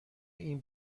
این